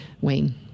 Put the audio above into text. wayne